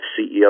CEO